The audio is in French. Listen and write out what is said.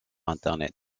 internet